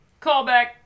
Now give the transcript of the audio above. Callback